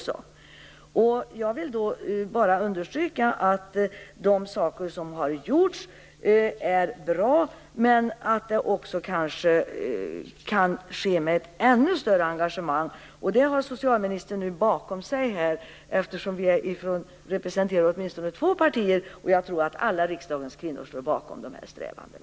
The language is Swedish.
Slutligen vill jag bara understryka att de saker som har gjorts är bra, men att man kanske kan göra det med ännu större engagemang. Det engagemanget har socialministern som stöd. Vi här representerar åtminstone två partier, och jag tror att alla riksdagens kvinnor står bakom dessa strävanden.